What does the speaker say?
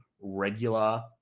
regular